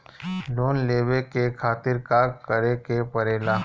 Loan लेवे के खातिर का करे के पड़ेला?